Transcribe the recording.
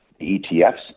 ETFs